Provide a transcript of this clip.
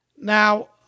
Now